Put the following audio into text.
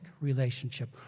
relationship